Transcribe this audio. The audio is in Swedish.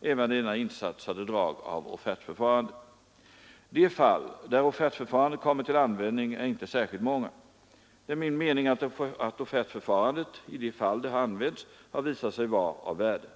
Även denna insats hade drag av offertförfarande. De fall där offertförfarandet kommit till användning är inte särskilt många. Det är min mening att offertförfarandet, i de fall det har använts, har visat sig vara av värde.